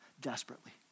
desperately